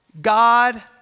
God